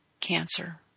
Cancer